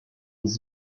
les